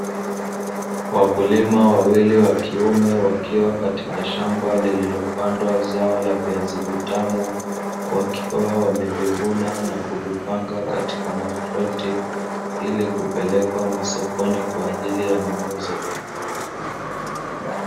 Wakulima wawili wakiume wakiwa katika shamba lililopandwa zao la viazi vitamu, wakiwa wamevivuna na kuvipanga katika makreti ili kupelekwa masokoni kwaajili ya mauzo.